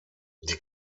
die